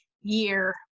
year